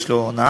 יש לו נהג,